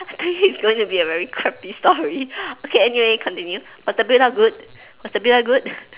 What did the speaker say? I think it's going to be a very crappy story okay anyway continue was the build up good was the build up good